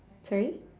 sorry